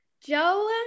Joe